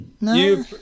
No